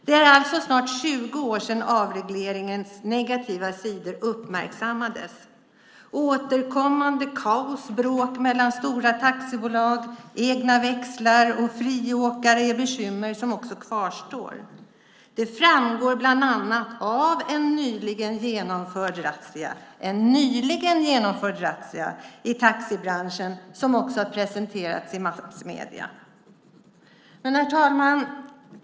Det är alltså snart 20 år sedan avregleringens negativa sidor uppmärksammades. Återkommande kaos, bråk mellan stora taxibolag, egna växlar och friåkare är bekymmer som också kvarstår. Det framgår bland annat av en nyligen genomförd razzia i taxibranschen som också har presenterats i massmedierna.